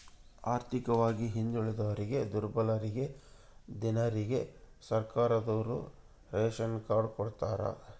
ಆರ್ಥಿಕವಾಗಿ ಹಿಂದುಳಿದೋರಿಗೆ ದುರ್ಬಲರಿಗೆ ದೀನರಿಗೆ ಸರ್ಕಾರದೋರು ರೇಶನ್ ಕಾರ್ಡ್ ಕೊಡ್ತಾರ